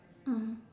mmhmm